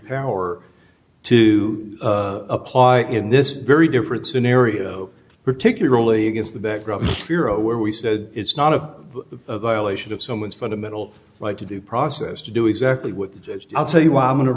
power to apply in this very different scenario particularly against the backdrop of pirro where we said it's not a violation of someone's fundamental right to due process to do exactly what the judge i'll tell you i'm going to